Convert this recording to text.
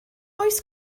oes